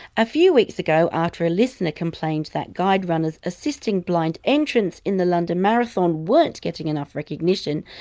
a few weeks ago, after a listener complained that guide runners assisting blind entrants in the london marathon weren't getting enough recognition,